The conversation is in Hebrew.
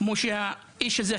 כמו שעשה האיש הזה,